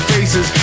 faces